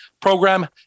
program